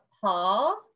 Paul